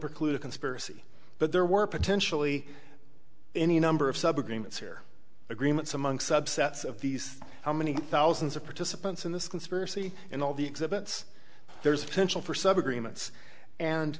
preclude a conspiracy but there were potentially any number of sub agreements here agreements among subsets of these how many thousands of participants in this conspiracy and all the exhibits there's a potential for